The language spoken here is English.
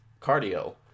cardio